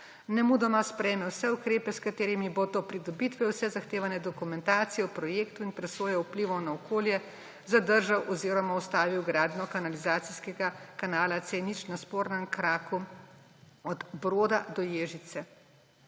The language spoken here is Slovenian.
nemudoma sprejme vse ukrepe, s katerimi bo do pridobitve vse zahtevane dokumentacije v projektu in presoje vplivov na okolje zadržal oziroma ustavil gradnjo kanalizacijskega kanala C0 na spornem kraku od Broda do Ježice.